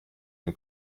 den